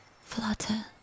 flutter